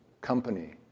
company